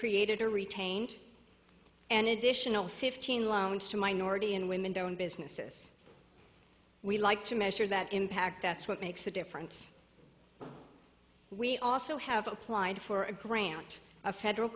created or retained an additional fifteen loans to minority and women don't businesses we like to measure that impact that's what makes a difference but we also have applied for a grant a federal